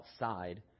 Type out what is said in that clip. outside